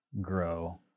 grow